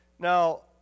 Now